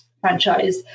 franchise